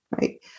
Right